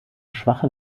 schwache